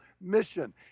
mission